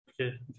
okay